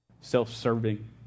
self-serving